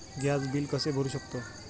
Gas bill कसे भरू शकतो?